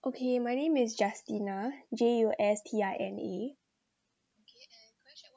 okay my name is justina J U S T I N A